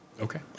Okay